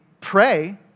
pray